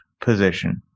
position